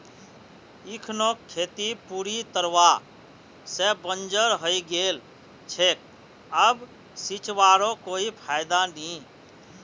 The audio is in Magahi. इखनोक खेत पूरी तरवा से बंजर हइ गेल छेक अब सींचवारो कोई फायदा नी